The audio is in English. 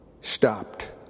stopped